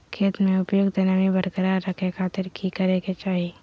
खेत में उपयुक्त नमी बरकरार रखे खातिर की करे के चाही?